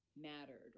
mattered